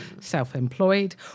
self-employed